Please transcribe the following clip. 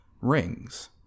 rings